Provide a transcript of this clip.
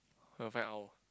her friend all